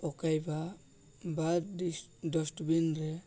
ପକାଇବା ବା ଡି ଡଷ୍ଟବିନରେ